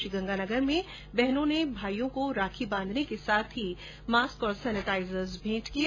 श्रीगंगानगर में बहनों ने भाईयों को राखी बांधने के साथ ही मास्क और सैनेटाईजर भी भेंट किये